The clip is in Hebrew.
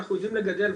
אנחנו יודעים לגדל,